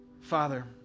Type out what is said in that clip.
Father